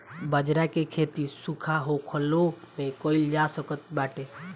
बजरा के खेती सुखा होखलो में कइल जा सकत बाटे